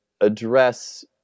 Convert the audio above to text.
address